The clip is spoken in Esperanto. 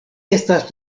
estas